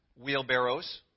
wheelbarrows